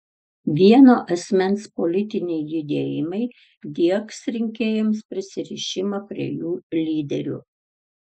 vieno asmens politiniai judėjimai diegs rinkėjams prisirišimą prie jų lyderių